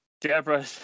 Deborah